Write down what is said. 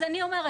אז אני אומרת,